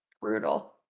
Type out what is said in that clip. brutal